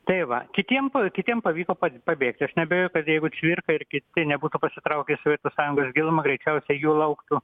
tai va kitiem kitiem pavyko pabėgti aš neabejoju kad jeigu cvirka ir kiti nebūtų pasitraukę į sovietų sąjungos gilumą greičiausiai jų lauktų